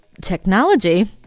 technology